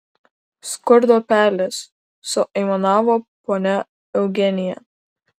skurdo pelės suaimanavo ponia eugenija